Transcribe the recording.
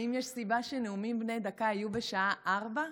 האם יש סיבה שנאומים בני דקה יהיו בשעה 16:00?